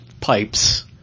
pipes